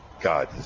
God